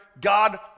God